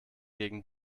gegen